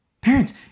parents